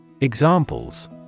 Examples